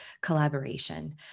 collaboration